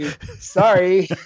Sorry